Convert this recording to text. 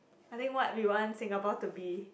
I think what we want Singapore to be